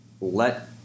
Let